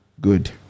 Good